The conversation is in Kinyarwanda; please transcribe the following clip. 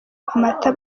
amata